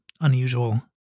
unusual